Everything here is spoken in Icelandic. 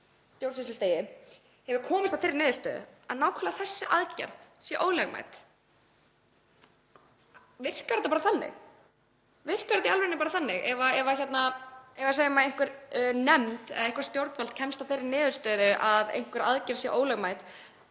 stjórnsýslustigi, hefur komist að þeirri niðurstöðu að nákvæmlega þessi aðgerð sé ólögmæt. Virkar þetta bara þannig? Virkar þetta í alvörunni bara þannig að ef, segjum einhver nefnd eða eitthvert stjórnvald kemst að þeirri niðurstöðu að einhver aðgerð sé ólögmæt,